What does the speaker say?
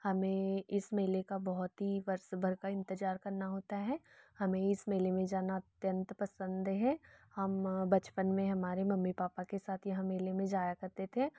हमें इस मेले का बहुत ही वर्ष भर का इंतजार करना होता है हमें इस मेले में जाना अत्यंत पसंद है हम बचपन में हमारे मम्मी पापा के साथ यह मेले में जाया करते थे